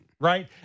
right